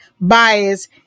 bias